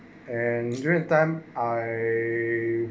and during the time I